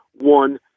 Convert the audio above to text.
one